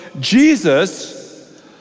Jesus